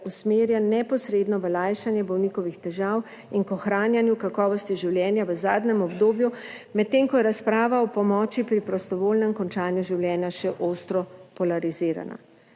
usmerjen neposredno v lajšanje bolnikovih težav in k ohranjanju kakovosti življenja v zadnjem obdobju, medtem ko je razprava o pomoči pri prostovoljnem končanju življenja še ostro polarizirana.